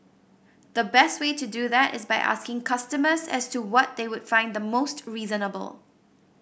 the best way to do that is by asking customers as to what they would find the most reasonable